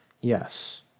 Yes